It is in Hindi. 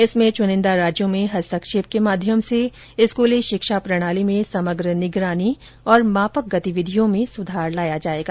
जिसमें चुनिंदा राज्यों में हस्तक्षेप के माध्यम से स्कूली शिक्षा प्रणाली में समग्र निगरानी और मापक गतिविधियों में सुधार लाया जाएगा